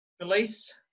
release